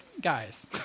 guys